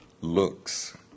looks